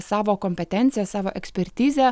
savo kompetenciją savo ekspertizę